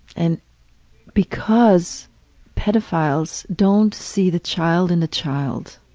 and because pedophiles don't see the child in the child,